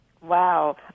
Wow